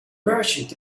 merchant